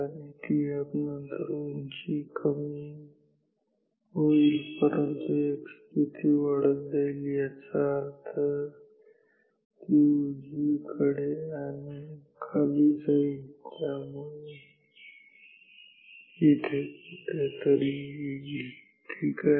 आणि thalf नंतर उंची कमी होईल परंतु x स्थिती वाढत वाढत जाईल याचा अर्थ ती उजवीकडे आणि खाली जाईल त्यामुळे इथे कुठेतरी येईल ठीक आहे